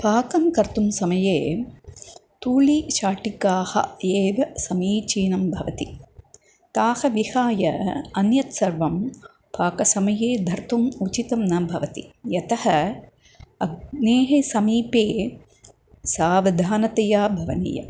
पाकं कर्तुं समये तूलीशाटिकाः एव समीचीनं भवति ताः विहाय अन्यत् सर्वं पाकसमये धर्तुम् उचितं न भवति यतः अग्नेः समीपे सावधानतया भवनीयम्